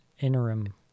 interim